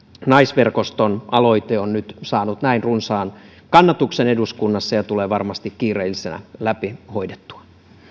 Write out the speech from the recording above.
naisverkoston aloite on nyt saanut näin runsaan kannatuksen eduskunnassa ja tulee varmasti kiireellisenä läpi hoidettua